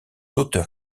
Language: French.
auteurs